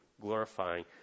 glorifying